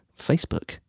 Facebook